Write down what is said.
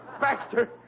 Baxter